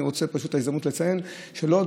אני רוצה לנצל את ההזדמנות לציין שלא עוד